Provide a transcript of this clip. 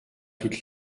toute